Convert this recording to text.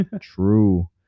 true